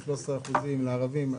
13% לערבים?